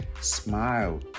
smile